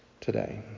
today